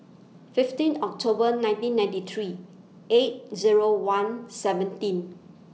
fifteen October nineteen ninety three eight Zero one seventeen